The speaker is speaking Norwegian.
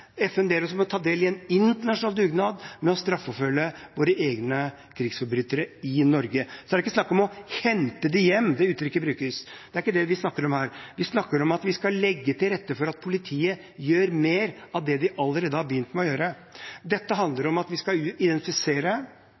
ta del i en internasjonal dugnad for å straffeforfølge våre egne krigsforbrytere i Norge. Det er ikke snakk om å «hente dem hjem» – det uttrykket brukes – det er ikke det vi snakker om her. Vi snakker om at vi skal legge til rette for at politiet gjør mer av det de allerede har begynt å gjøre. Dette handler om at vi skal identifisere